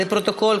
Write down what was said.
לפרוטוקול,